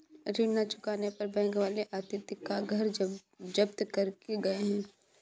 ऋण ना चुकाने पर बैंक वाले आदित्य का घर जब्त करके गए हैं